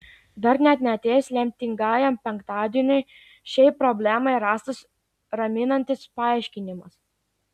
dar net neatėjus lemtingajam penktadieniui šiai problemai rastas raminantis paaiškinimas